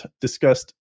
discussed